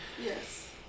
Yes